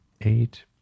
eight